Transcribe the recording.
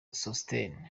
sosthene